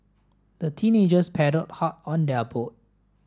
the teenagers paddled hard on their boat